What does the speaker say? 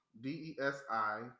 D-E-S-I